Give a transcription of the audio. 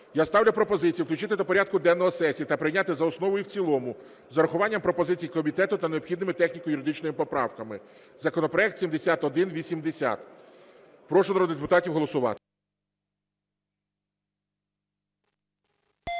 Я ставлю пропозицію включити до порядку денного сесії та прийняти за основу і в цілому з урахуванням пропозицій комітету та необхідними техніко-юридичними поправками законопроект 7180. Прошу народних депутатів голосувати.